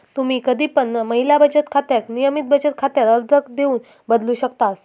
तुम्ही कधी पण महिला बचत खात्याक नियमित बचत खात्यात अर्ज देऊन बदलू शकतास